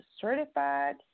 certified